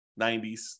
90s